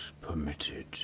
permitted